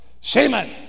seaman